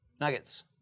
nuggets